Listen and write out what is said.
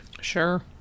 Sure